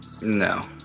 No